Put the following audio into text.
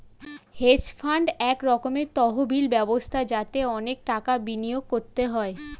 hedge fund এক রকমের তহবিল ব্যবস্থা যাতে অনেক টাকা বিনিয়োগ করতে হয়